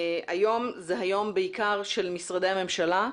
היום זה היום בעיקר של משרדי הממשלה.